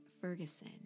Ferguson